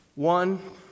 One